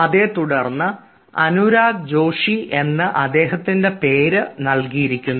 അതേ തുടർന്ന് അനുരാഗ് ജോഷി എന്ന് അദ്ദേഹത്തിൻറെ പേര് നൽകിയിരിക്കുന്നു